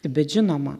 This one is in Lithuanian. bet žinoma